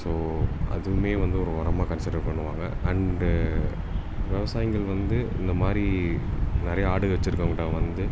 so அதுவுமே வந்து ஒரு உரமா கன்ஸிடர் பண்ணுவாங்க அண்டு விவசாயிங்கள் வந்து இந்த மாதிரி நிறைய ஆடு வச்சிருக்கவங்கட்ட வந்து